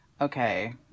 okay